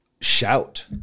shout